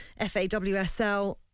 FAWSL